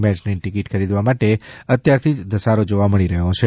match નીટિકિટ ખરીદવા માટે અત્યારથી જ ધસારો જોવામળી રહ્યો છે